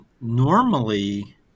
normally